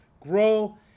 grow